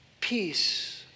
peace